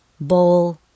bowl